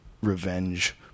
revenge-